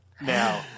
now